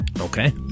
Okay